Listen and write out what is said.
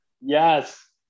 Yes